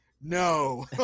No